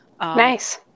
Nice